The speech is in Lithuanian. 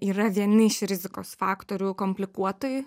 yra vieni iš rizikos faktorių komplikuotai